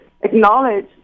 acknowledge